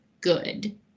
good